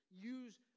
use